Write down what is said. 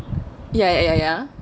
ya ya ya ya